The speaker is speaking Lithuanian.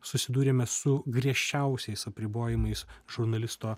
susidurėme su griežčiausiais apribojimais žurnalisto